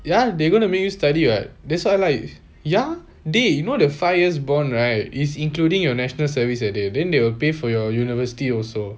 ya they going to make you study what that's why like ya dey you know the five years bond right is including your national service eh dey then they will pay for your university also